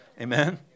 Amen